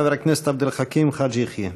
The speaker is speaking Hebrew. חבר הכנסת עבד אל חכים חאג' יחיא.